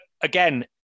again